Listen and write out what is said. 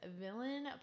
villain